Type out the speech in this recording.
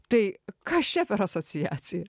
tai kas čia per asociacija